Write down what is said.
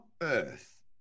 earth